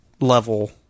level